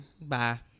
Bye